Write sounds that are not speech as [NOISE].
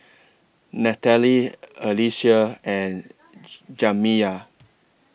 Natalie Alycia and [NOISE] Jamiya